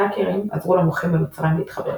האקרים עזרו למוחים במצרים להתחבר.